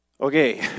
Okay